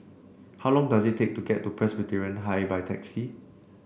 how long does it take to get to Presbyterian High by taxi